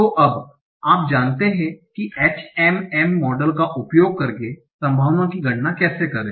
तो अब आप जानते हैं HMM मॉडल का उपयोग करके संभावना की गणना कैसे करें